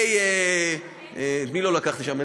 מצביעי, את מי לא לקחתי שם?